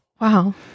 Wow